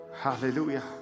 Hallelujah